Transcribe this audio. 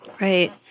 Right